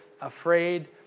afraid